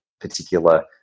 particular